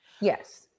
yes